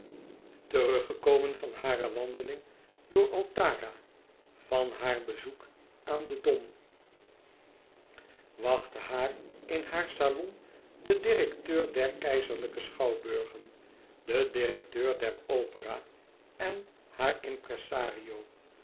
teruggekomen van hare wandeling door altara van haar bezoek aan den dom wachtten haar in haar salon den directeur der keizerlijke schouwburgen de direkteur der opera en haar impresario